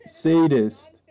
sadist